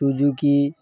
Suzuki